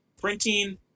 Printing